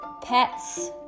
pets